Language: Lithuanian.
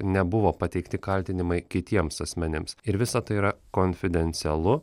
nebuvo pateikti kaltinimai kitiems asmenims ir visa tai yra konfidencialu